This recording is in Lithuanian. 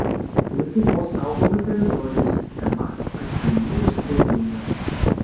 lietuvos saugomų teritorijų sistema ypač paini ir sudėtinga